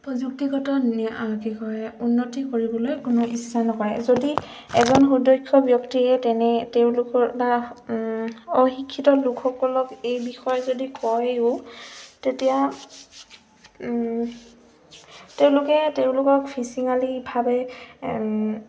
প্ৰযুক্তিগত কি কয় উন্নতি কৰিবলৈ কোনো ইচ্ছা নকৰে যদি এজন সুদক্ষ ব্যক্তিয়ে তেনে তেওঁলোকৰ বা অশিক্ষিত লোকসকলক এই বিষয়ে যদি কয়ো তেতিয়া তেওঁলোকে তেওঁলোকক ফিচিঙালীভাৱে